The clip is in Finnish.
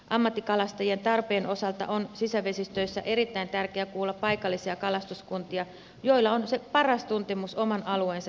ammattikalastajien tarpeen osalta on sisävesistöissä erittäin tärkeä kuulla paikallisia kalastuskuntia joilla on se paras tuntemus oman alueensa tilanteesta